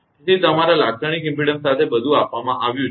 તેથી તમારા લાક્ષણિક ઇમપેડન્સ સાથે બધું આપવામાં આવ્યું છે